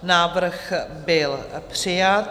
Návrh byl přijat.